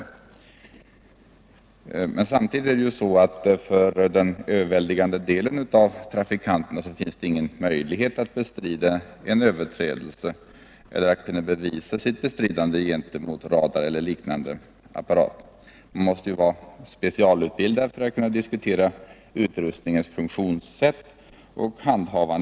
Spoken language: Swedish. Nr 106 Samtidigt finns för den överväldigande delen av trafikanter ingen möj Torsdagen den lighet att bestrida överträdelse och styrka sitt bestridande gentemot utslag 24'oktober. :1974 av radar eller liknande instrument. Man måste ju vara specialutbildad för ätt kunna diskutera utrustningens funktionssätt och dess handhavande vid Ang.